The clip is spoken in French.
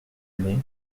allait